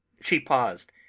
she paused,